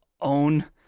own